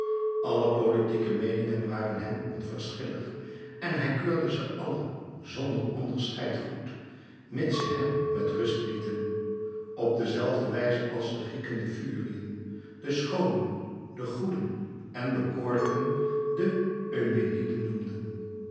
alle politieke meeningen waren hem onverschillig en hij keurde ze alle zonder onderscheid goed mits zij hem met rust lieten op dezelfde wijze als de grieken de furiën de schoonen de goeden en bekoorlijken de eumeniden noemden